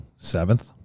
Seventh